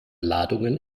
ladungen